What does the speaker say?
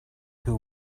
who